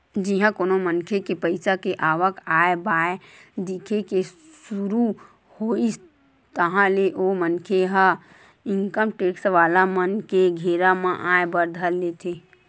जिहाँ कोनो मनखे के पइसा के आवक आय बाय दिखे के सुरु होइस ताहले ओ मनखे ह इनकम टेक्स वाला मन के घेरा म आय बर धर लेथे